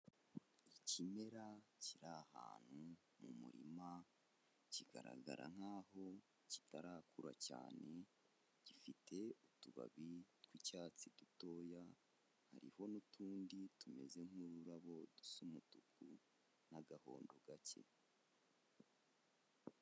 Ikimera kiri ahantu mu murima kigaragara nkaho kitarakura cyane, gifite utubabi tw'icyatsi dutoya, hariho n'utundi tumeze n'ururabo dusa umutuku n'agahondo gake.